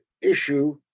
issue